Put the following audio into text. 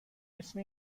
اسم